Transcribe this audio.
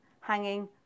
Hanging